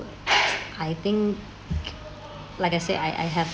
I think like I say I I have